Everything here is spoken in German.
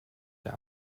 der